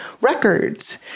records